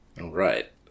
right